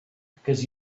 because